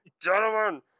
Gentlemen